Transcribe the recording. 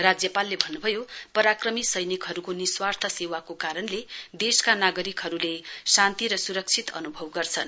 राज्यपालले भन्नभयो पराक्रमी सैनिकहरुको निस्वार्थ सैवाको कारणले देशका नागरिकहरुले शान्ति र सुरक्षित अनुभव गर्छन